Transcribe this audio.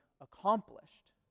accomplished